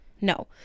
No